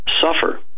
suffer